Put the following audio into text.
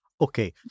Okay